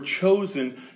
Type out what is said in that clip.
chosen